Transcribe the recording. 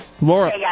Laura